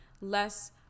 less